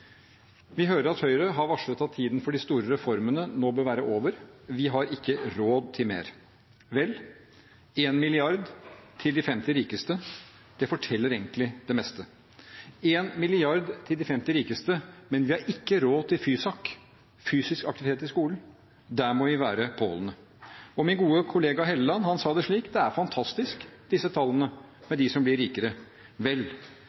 Vi hører at Høyre har varslet at tiden for de store reformene nå bør være over. Vi har ikke råd til mer. Vel, 1 mrd. kr til de 50 rikeste forteller egentlig det meste – 1 mrd. kr til de 50 rikeste, men vi har ikke råd til Fysak, fysisk aktivitet i skolen, der må vi være påholdne. Min gode kollega Helleland sa det slik: Det er fantastisk, disse tallene med de som blir rikere. Vel,